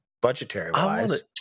budgetary-wise